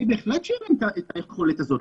בהחלט שאין להם את היכולת הזאת,